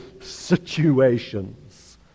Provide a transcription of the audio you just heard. situations